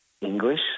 English